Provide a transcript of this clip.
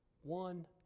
one